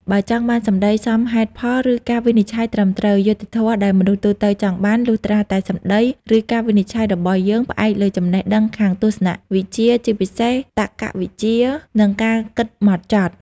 បើចង់បានសម្ដីសមហេតុផលឬការវិនិច្ឆ័យត្រឹមត្រូវ យុត្តិធម៌ដែលមនុស្សទូទៅចង់បាន លុះត្រាតែសម្ដី ឬការវិនិច្ឆ័យរបស់យើងផ្អែកលើចំណេះដឹងខាងទស្សនវិជ្ជា ជាពិសេស តក្កវិជ្ជា និងការគិតហ្មត់ចត់។